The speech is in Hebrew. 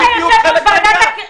זה בדיוק חלק מהעניין.